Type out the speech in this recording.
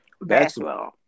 basketball